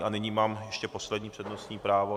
A nyní mám ještě poslední přednostní právo...